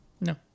No